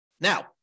Now